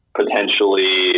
potentially